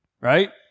right